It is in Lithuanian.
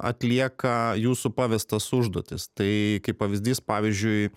atlieka jūsų pavestas užduotis tai kaip pavyzdys pavyzdžiui